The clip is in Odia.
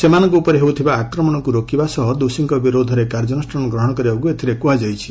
ସେମାନଙ୍କ ଉପରେ ହେଉଥିବା ଆକ୍ରମଣକୁ ରୋକିବା ସହ ଦୋଷୀଙ୍କ ବିରୁଦ୍ଧରେ କାର୍ଯ୍ୟାନୁଷ୍ଠାନ ଗ୍ରହଣ କରିବାକୁ ଏଥିରେ କୁହାଯାଇଛି